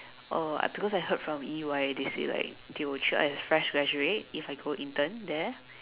uh I because I heard from E_Y they say like they will treat as fresh graduate if I go intern there